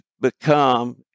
become